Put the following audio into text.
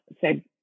say